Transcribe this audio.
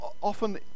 often